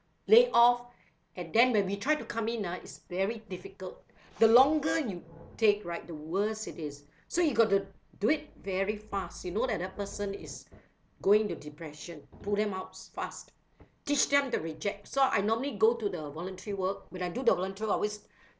layoff and then when we try to come in ah is very difficult the longer you take right the worse it is so you gotta do it very fast you know that a person is going to depression pull them out fast teach them to reject so I normally go to the voluntary work when I do the voluntary work I always